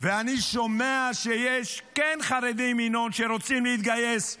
אני שומע שיש חרדים, ינון, שרוצים להתגייס,